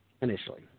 initially